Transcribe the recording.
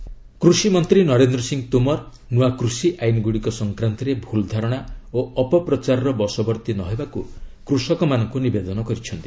Tomar farmers କୃଷିମନ୍ତ୍ରୀ ନରେନ୍ଦ୍ର ସିଂହ ତୋମର ନୂଆ କୃଷି ଆଇନଗୁଡ଼ିକ ସଂକ୍ରାନ୍ତରେ ଭୁଲ୍ ଧାରଣା ଓ ଅପପ୍ରଚାରର ବଶବର୍ତ୍ତୀ ନ ହେବାକୁ କୃଷକମାନଙ୍କୁ ନିବେଦନ କରିଛନ୍ତି